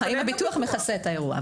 האם הביטוח מכסה את האירוע.